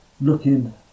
Looking